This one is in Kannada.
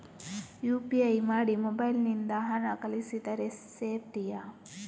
ಯು.ಪಿ.ಐ ಮಾಡಿ ಮೊಬೈಲ್ ನಿಂದ ಹಣ ಕಳಿಸಿದರೆ ಸೇಪ್ಟಿಯಾ?